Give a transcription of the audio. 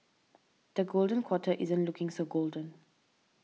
the golden quarter isn't looking so golden